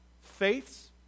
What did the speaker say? faiths